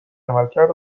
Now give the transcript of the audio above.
عملکرد